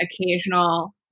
occasional